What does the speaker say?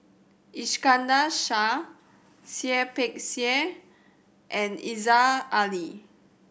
Iskandar Shah Seah Peck Seah and Aziza Ali